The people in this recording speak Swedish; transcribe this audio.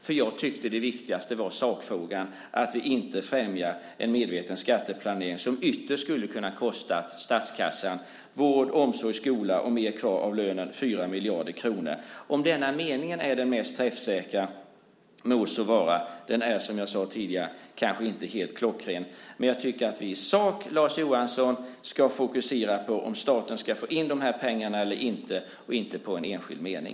Jag tyckte nämligen att det viktigaste var sakfrågan, att vi inte främjar en medveten skatteplanering som ytterst skulle kunna kosta statskassan vård, omsorg, skola och mer kvar av lönen för 4 miljarder kronor. Om denna mening kanske inte är den mest träffsäkra må det så vara. Den är som jag sade tidigare kanske inte helt klockren. Jag tycker dock att vi i sak ska fokusera på om staten ska få in dessa pengar eller inte, Lars Johansson, inte på en enskild mening.